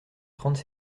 trente